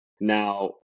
Now